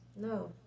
No